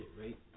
right